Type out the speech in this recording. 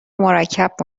مرکب